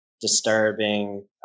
disturbing